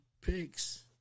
picks